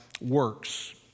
works